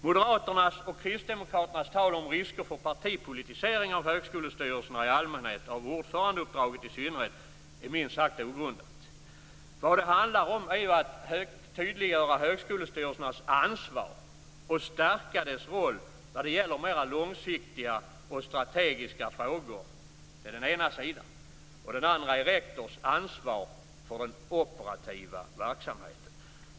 Moderaternas och Kristdemokraternas tal om risker för partipolitisering av högskolestyrelserna i allmänhet och ordförandeuppdraget i synnerhet är minst sagt ogrundat. Vad det handlar om är att tydliggöra högskolestyrelsernas ansvar och stärka deras roll när det gäller mer långsiktiga och strategiska frågor. Det är den ena sidan. Den andra är rektors ansvar för den operativa verksamheten.